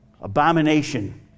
Abomination